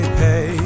pay